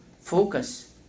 focus